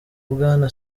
bwana